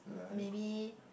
maybe